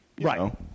right